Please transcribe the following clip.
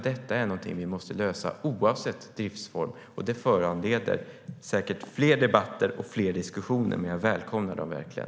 Detta är något vi måste lösa oavsett driftsform. Det föranleder säkert fler debatter och fler diskussioner. Jag välkomnar dem verkligen.